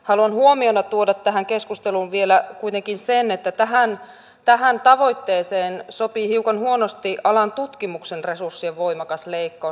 haluan huomiona tuoda tähän keskusteluun vielä kuitenkin sen että tähän tavoitteeseen sopii hiukan huonosti alan tutkimuksen resurssien voimakas leikkaus